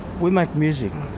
we make music.